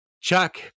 Chuck